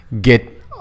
get –